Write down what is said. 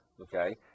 okay